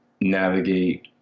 navigate